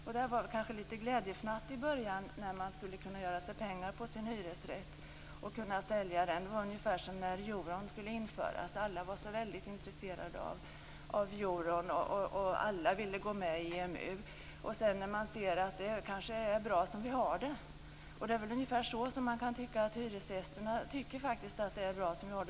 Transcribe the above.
Man fick kanske glädjefnatt i början när man tänkte att man skulle kunna tjäna pengar på att sälja sin hyresrätt. Det var ungefär som när euron skulle införas. Alla var så väldigt intresserade av euron; alla ville gå med i EMU. Sedan tyckte de att det kanske var bra som det var. Hyresgästerna tycker faktiskt att det är bra som det är.